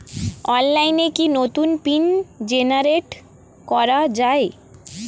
অনলাইনে কি নতুন পিন জেনারেট করা যায়?